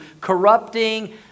corrupting